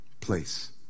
place